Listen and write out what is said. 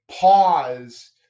pause